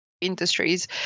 industries